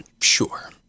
Sure